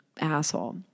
asshole